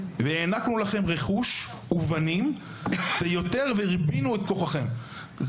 הענקנו לכם רכוש ובנים ויותר וריבינו את כוחכם.״